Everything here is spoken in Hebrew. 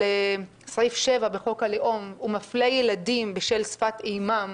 סעיף 7 בחוק הלאום ומפלה ילדים בשל שפת אימם,